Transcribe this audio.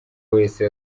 wese